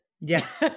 Yes